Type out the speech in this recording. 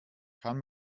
kann